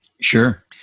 sure